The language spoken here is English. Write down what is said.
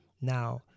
Now